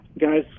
Guys